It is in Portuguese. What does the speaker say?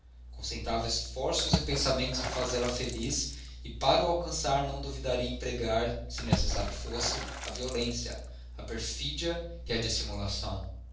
concentrava esforços e pensamentos em fazê-la feliz e para o alcançar não duvidaria empregar se necessário fosse a violência a perfídia e a dissimulação